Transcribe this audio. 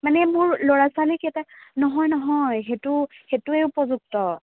মানে মোৰ ল'ৰা ছোৱালীকেইটা নহয় নহয় সেইটো সেইটোৱে উপযুক্ত